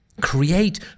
Create